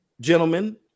Gentlemen